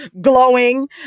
glowing